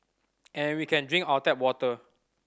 and we can drink our tap water